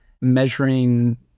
measuring